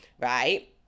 right